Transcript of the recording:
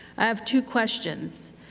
i have two questions.